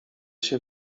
się